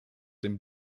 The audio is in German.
dem